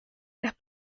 las